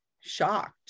shocked